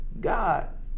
God